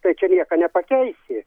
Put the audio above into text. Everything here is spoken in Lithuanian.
tai čia nieka nepakeisi